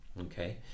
Okay